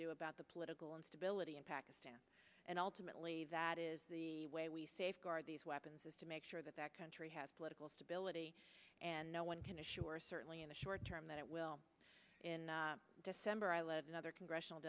do about the political instability in pakistan and ultimately that is the way we safeguard these weapons is to make sure that that country has political stability and no one can assure certainly in the short term that it will in december i lead another congressional